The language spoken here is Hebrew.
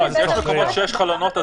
יש מקומות שיש חלונות,